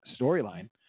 storyline